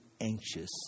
anxious